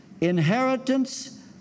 inheritance